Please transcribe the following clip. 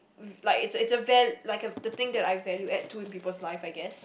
um like is a is a val~ like a the thing that I value add to in people's life I guess